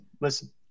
Listen